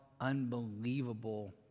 unbelievable